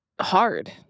hard